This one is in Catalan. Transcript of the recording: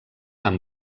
amb